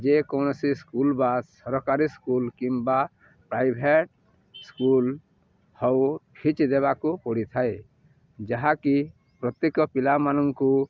ଯେକୌଣସି ସ୍କୁଲ ବା ସରକାରୀ ସ୍କୁଲ କିମ୍ବା ପ୍ରାଇଭେଟ ସ୍କୁଲ ହେଉ ଫିଜ୍ ଦେବାକୁ ପଡ଼ିଥାଏ ଯାହାକି ପ୍ରତ୍ୟେକ ପିଲାମାନଙ୍କୁ